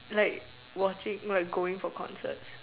like watching like going for concerts